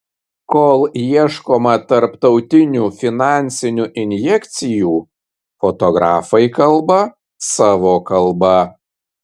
kol ieškoma tarptautinių finansinių injekcijų fotografai kalba savo kalba